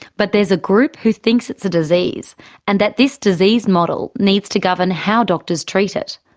but there's a group who thinks it's a disease and that this disease model needs to govern how doctors treat it.